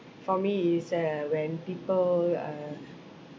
for me is uh when people uh